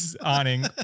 awning